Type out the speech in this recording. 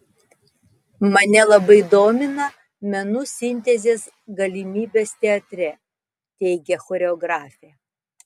mane labai domina menų sintezės galimybės teatre teigia choreografė